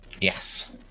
Yes